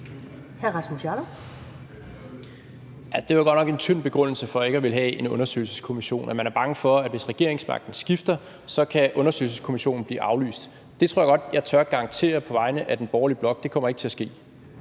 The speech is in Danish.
Det er godt nok en tynd begrundelse for ikke at ville have en undersøgelseskommission, altså at man er bange for, at hvis regeringsmagten skifter, kan undersøgelseskommissionen blive aflyst. Det tror jeg godt jeg tør garantere på vegne af den borgerlige blok ikke kommer til at ske.